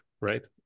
right